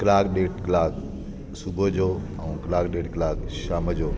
कलाकु ॾेढ कलाकु सुबुहु जो ऐं कलाकु ॾेढ कलाकु शाम जो